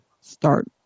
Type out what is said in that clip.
start